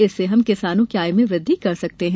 इससे हम किसानों की आय में वृद्धि कर सकते हैं